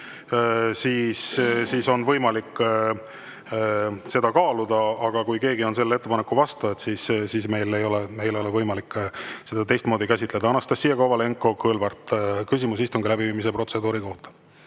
siis on võimalik seda kaaluda, aga kui keegi on selle ettepaneku vastu, siis meil ei ole võimalik seda teistmoodi käsitleda. Anastassia Kovalenko-Kõlvart, küsimus istungi läbiviimise protseduuri kohta.